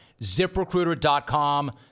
ZipRecruiter.com